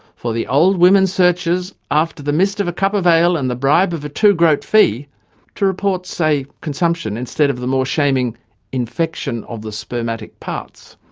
for the old women searchers after the mist of a cup of ale and the bribe of a two groat fee to report, say consumption, instead of the more shaming infection of the spermatick parts.